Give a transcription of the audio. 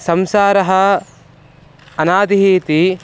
संसारः अनादिः इति